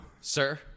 Sir